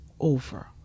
over